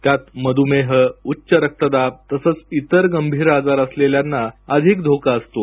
त्यात मध्मेह उच्च रक्तदाब तसंच इतर गंभीर आजार असलेल्यांना अधिक धोका असतो